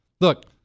look